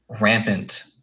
rampant